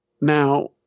Now